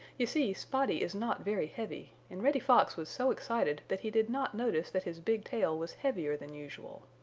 you see spotty is not very heavy and reddy fox was so excited that he did not notice that his big tail was heavier than usual.